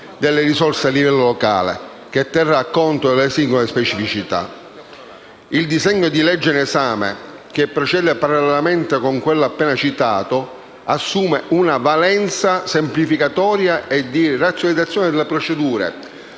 Il disegno di legge in esame, che procede parallelamente con quello appena citato, assume una valenza semplificatoria e di razionalizzazione delle procedure